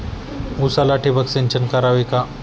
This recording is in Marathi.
उसाला ठिबक सिंचन करावे का?